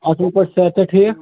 اَصٕل پٲٹھۍ صحت چھا ٹھیٖک